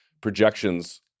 projections